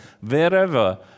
wherever